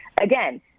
again